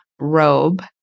robe